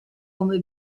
come